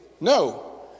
no